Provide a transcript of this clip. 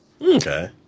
okay